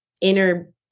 inner